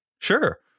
sure